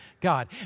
God